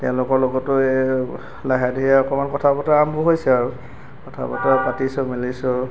তেওঁলোকৰ লগতো এ লাহে ধিৰে অকণমান কথা বতৰা আৰম্ভ হৈছে আৰু কথা বতৰা পাতিছো মেলিছো